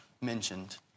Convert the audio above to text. mentioned